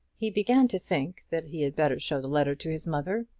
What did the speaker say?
he began to think that he had better show the letter to his mother,